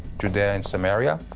judea and samaria.